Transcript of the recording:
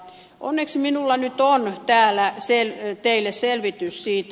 onneksi minulla nyt on täällä teille selvitys siitä